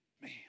Man